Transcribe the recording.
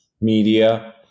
media